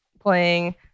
playing